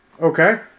Okay